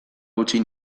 utzi